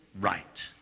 right